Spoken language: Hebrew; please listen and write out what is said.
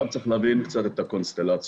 צריך להבין קצת את הקונסטלציה.